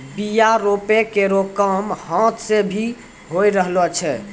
बीया रोपै केरो काम हाथ सें भी होय रहलो छै